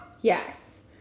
Yes